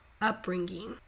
upbringing